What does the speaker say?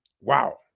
wow